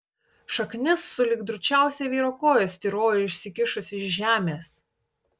šaknis sulig drūčiausia vyro koja styrojo išsikišusi iš žemės